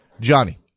Johnny